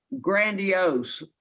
grandiose